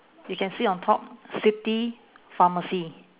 we can see on top city pharmacy